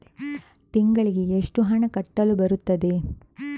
ತಿಂಗಳಿಗೆ ಎಷ್ಟು ಹಣ ಕಟ್ಟಲು ಬರುತ್ತದೆ?